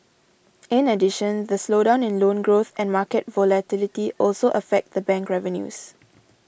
in addition the slowdown in loan growth and market volatility also affect the bank revenues